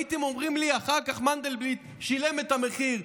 הייתם אומרים לי: אחר כך מנדלבליט שילם את המחיר,